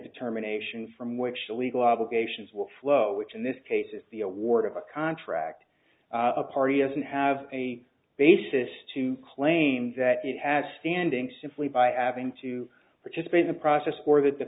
determination from which the legal obligations will flow which in this case is the award of a contract a party doesn't have a basis to claim that it has standing simply by having to participate in the process or that the